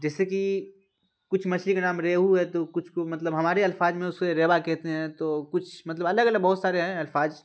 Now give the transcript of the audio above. جیسے کہ کچھ مچھلی کا نام ریہو ہے تو کچھ کو مطلب ہمارے الفاظ میں اسے ریوا کہتے ہیں تو کچھ مطلب الگ الگ بہت سارے ہیں الفاظ